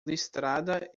listrada